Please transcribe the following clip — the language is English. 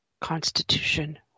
Constitution